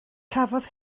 cafodd